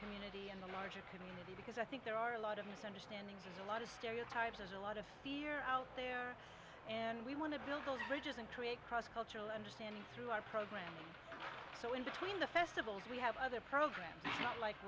community and the larger community because i think there are a lot of misunderstandings a lot of stereotypes there's a lot of fear out there and we want to build those bridges and create cross cultural understanding through our programs so in between the festivals we have other programs like